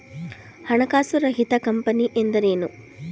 ಹಣಕಾಸು ರಹಿತ ಕಂಪನಿ ಎಂದರೇನು?